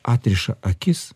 atriša akis